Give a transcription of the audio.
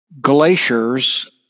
glaciers